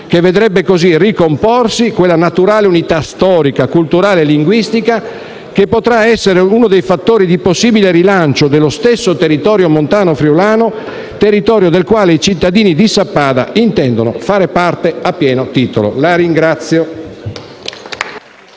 che vedrebbe così ricomporsi quella naturale unità storica, culturale e linguistica che potrà essere uno dei fattori di possibile rilancio dello stesso territorio montano friulano, territorio del quale i cittadini di Sappada intendono far parte a pieno titolo. *(Applausi